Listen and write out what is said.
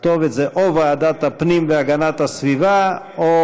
הכתובת היא או ועדת הפנים והגנת הסביבה או